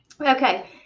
Okay